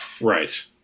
Right